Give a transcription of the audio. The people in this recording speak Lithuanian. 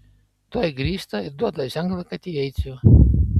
tuoj grįžta ir duoda ženklą kad įeičiau